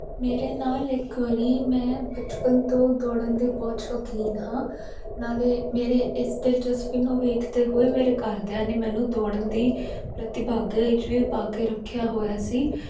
ਮੇਰੇ ਨਾਲ ਇੱਕ ਵਾਰੀ ਮੈਂ ਬਚਪਨ ਤੋਂ ਦੌੜਨ ਦੀ ਬਹੁਤ ਸ਼ੌਕੀਨ ਹਾਂ ਨਾਲੇ ਮੇਰੇ ਇਸ ਦਿਲਚਸਪੀ ਨੂੰ ਵੇਖਦੇ ਹੋਏ ਮੇਰੇ ਘਰਦਿਆਂ ਨੇ ਮੈਨੂੰ ਦੌੜਨ ਦੀ ਪ੍ਰਤਿਭਾਗਿਆ ਵਿੱਚ ਵੀ ਪਾ ਕੇ ਰੱਖਿਆ ਹੋਇਆ ਸੀ